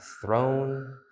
throne